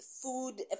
food